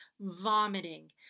vomiting